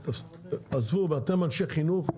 אתם אנשי חינוך,